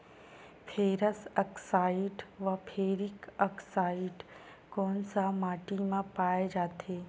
Ferrous oxide व ferric oxide कोन सा माटी म पाय जाथे?